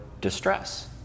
distress